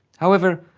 however,